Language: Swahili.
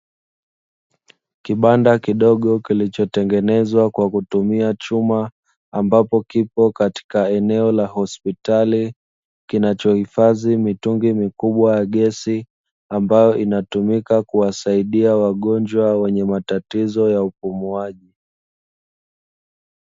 Kibanda kidogo kilichotengenezwa kwa kutumia chuma, ambapo kipo katika eneo la hospitali kinachohifadhi mitungi mikubwa ya gesi, ambayo inatumika kuwasaidia wagonjwa wenye matatizo ya upumuaji.